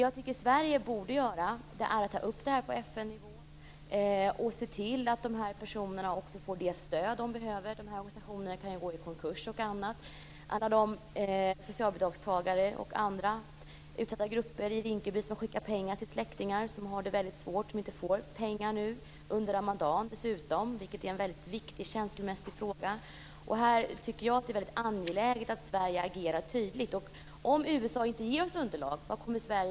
Jag tycker att Sverige borde ta upp det här på FN-nivå och se till att de här personerna får det stöd som de behöver. De här organisationerna kan ju gå i konkurs och annat. Jag tänker på alla de socialbidragstagare och andra utsatta grupper i Rinkeby som har skickat pengar till släktingar som har det väldigt svårt, som inte får pengar nu. Det sker dessutom under ramadan. Det är en väldigt viktig och känslomässig fråga. Jag tycker att det är angeläget att Sverige agerar tydligt. Vad kommer Sverige att göra om USA inte ger oss underlag?